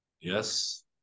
Yes